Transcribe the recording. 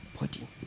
body